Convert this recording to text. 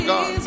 God